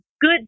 good